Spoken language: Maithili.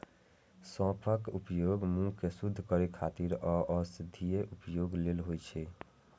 सौंफक उपयोग मुंह कें शुद्ध करै खातिर आ औषधीय उपयोग लेल होइ छै